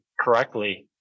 correctly